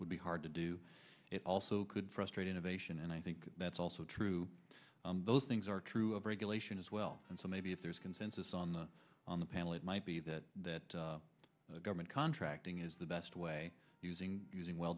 would be hard to do it also could frustrate innovation and i think that's also true those things are true of regulation as well and so maybe if there's consensus on the on the panel it might be that that the government contracting is the best way using using well